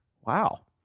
Wow